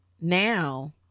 now